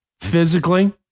physically